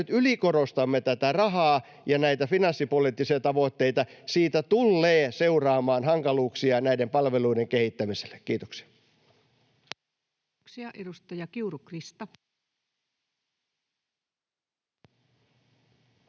nyt ylikorostamme tätä rahaa ja näitä finanssipoliittisia tavoitteita, siitä tullee seuraamaan hankaluuksia näiden palveluiden kehittämiselle. — Kiitoksia.